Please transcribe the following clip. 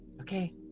Okay